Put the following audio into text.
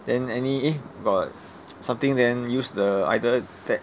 then any eh got something then use the either that